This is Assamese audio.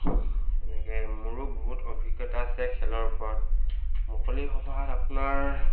এনেকৈ মোৰো বহুত অভিজ্ঞতা আছে খেলৰ ওপৰত মুকলি সভাত আপোনাৰ